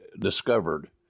discovered